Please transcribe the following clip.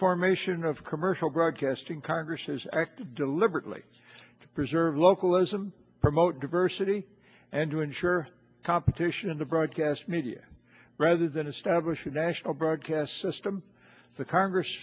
formation of commercial broadcasting congress has deliberately to preserve localism promote diversity and to ensure competition in the broadcast media rather than establish a national broadcast system the congress